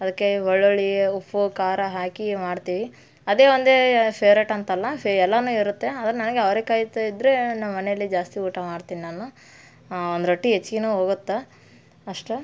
ಅದಕ್ಕೆ ಬೆಳ್ಳುಳ್ಳಿ ಉಪ್ಪು ಖಾರ ಹಾಕಿ ಮಾಡ್ತೀವಿ ಅದೇ ಒಂದೇ ಫೇವ್ರೇಟ್ ಅಂತಲ್ಲ ಫೆ ಎಲ್ಲನೂ ಇರುತ್ತೆ ಆದ್ರೆ ನನಗೆ ಅವ್ರೆಕಾಯಿ ಇತ್ತು ಇದ್ರೆ ನಮ್ಮ ಮನೇಲ್ಲಿ ಜಾಸ್ತಿ ಊಟ ಮಾಡ್ತೀನಿ ನಾನು ಒಂದು ರೊಟ್ಟಿ ಹೆಚ್ಗೇನು ಹೋಗುತ್ತೆ ಅಷ್ಟೆ